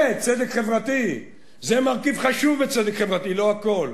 זה צדק חברתי, זה מרכיב חשוב בצדק חברתי, לא הכול.